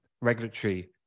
regulatory